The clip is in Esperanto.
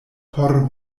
por